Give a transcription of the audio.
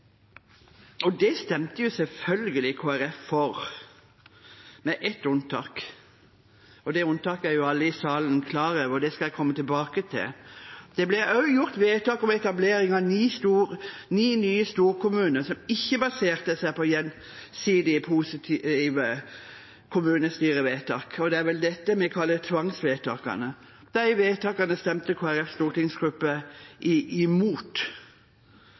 kommunene. Det stemte Kristelig Folkeparti selvfølgelig for – med ett unntak. Det unntaket er alle i salen klar over, og det skal jeg komme tilbake til. Det ble også gjort vedtak om etablering av ni nye storkommuner, som ikke baserte seg på gjensidig positive kommunestyrevedtak. Det er vel dette vi kaller tvangsvedtakene. De vedtakene stemte Kristelig Folkepartis stortingsgruppe imot. Det har blitt snakket utrolig mye om frivillighet og frivillighetslinjen. Kristelig Folkeparti er også i